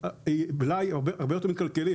כי אין לנו את הנתונים כדי לעשות קנייה מושכלת.